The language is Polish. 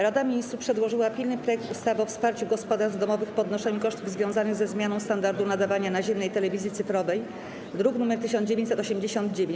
Rada Ministrów przedłożyła pilny projekt ustawy o wsparciu gospodarstw domowych w ponoszeniu kosztów związanych ze zmianą standardu nadawania naziemnej telewizji cyfrowej, druk nr 1989.